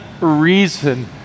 reason